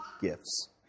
gifts